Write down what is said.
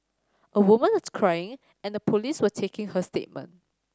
a woman was crying and the police were taking her statement